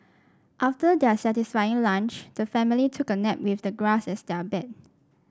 after their satisfying lunch the family took a nap with the grass as their bed